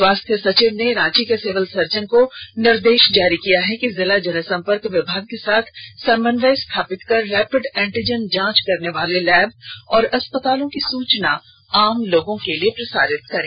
स्वास्थ्य सचिव ने रांची के सिविल सर्जन को निर्देश जारी किया है कि जिला जनसंपर्क विभाग के साथ समन्वय स्थापित कर रैपिड एंटीजन जांच करने वाले लैब और अस्पतालों की सूचना आम लोगों के लिए प्रसारित करे